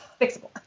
Fixable